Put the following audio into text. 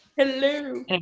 Hello